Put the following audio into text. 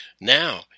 Now